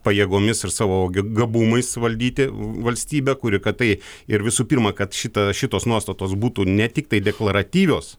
pajėgomis ir savo gabumais valdyti valstybę kuri kad tai ir visų pirma kad šita šitos nuostatos būtų ne tiktai deklaratyvios